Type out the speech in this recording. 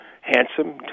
handsome